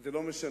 זה לא משנה,